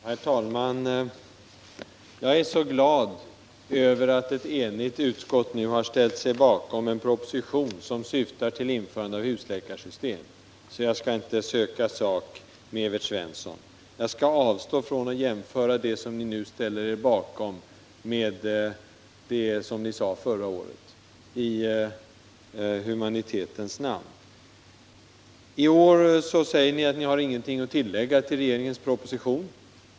Herr talman! Jag är så glad över att ett enigt utskott nu har ställt sig bakom en proposition som syftar till införande av husläkarsystem att jag inte skall söka sak med Evert Svensson. Jag skall avstå från att jämföra det som ni nu ställer er bakom med det som ni sade förra året — i humanitetens namn. I år säger ni att ni inte har något att tillägga till regeringens proposition.